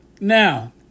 Now